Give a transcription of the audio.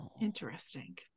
Interesting